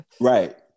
Right